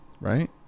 right